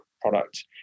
product